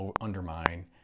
undermine